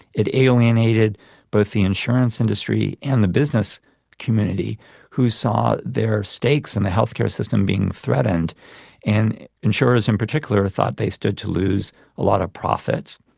it alienated alienated both the insurance industry and the business community who saw their stakes in the health care system being threatened and insurers in particular thought they stood to lose a lot of profits.